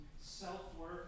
self-worth